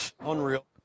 Unreal